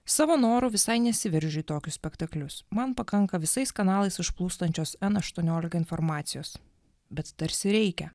savo noru visai nesiveržė tokius spektaklius man pakanka visais kanalais užplūstančios n aštuoniolika informacijos bet tarsi reikia